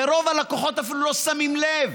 ורוב הלקוחות אפילו לא שמים לב.